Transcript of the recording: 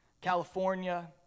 California